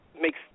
makes